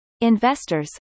investors